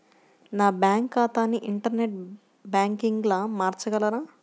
నా బ్యాంక్ ఖాతాని ఇంటర్నెట్ బ్యాంకింగ్గా మార్చగలరా?